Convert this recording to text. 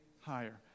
higher